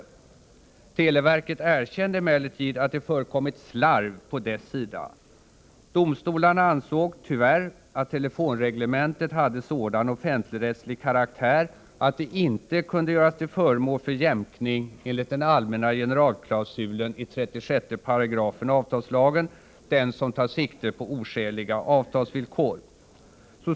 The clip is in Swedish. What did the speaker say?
Televerket erkände emellertid att det hade förekommit slarv från televerkets sida. Domstolarna ansåg, tyvärr, att telefonreglementet hade sådan offentligrättslig karaktär att det inte kunde göras till föremål för jämkning enligt den allmänna generalklausulen i 36 § avtalslagen, den som tar sikte på oskäliga avtalsvillkor.